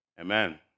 Amen